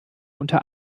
unter